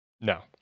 No